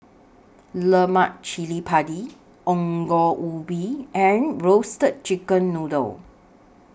Lemak Cili Padi Ongol Ubi and Roasted Chicken Noodle